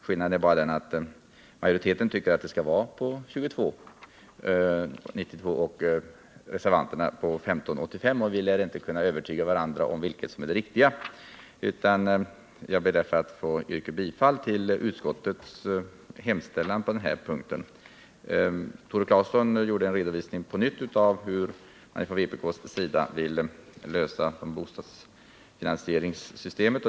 Skillnaden är bara att majoriteten anser att det skall vara 22 85. Vi lär inte kunna övertyga varandra om vilket som är det riktiga. Jag ber att få yrka bifall till utskottets hemställan på den här punkten. Tore Claeson redovisade på nytt vpk:s förslag till bostadsfinansieringssystem.